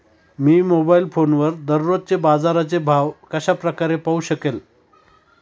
मी mobile फोनवर दररोजचे बाजाराचे भाव कशा प्रकारे पाहू शकेल?